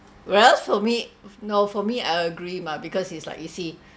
well for me no for me I agree mah because it's like you see